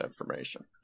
information